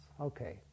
Okay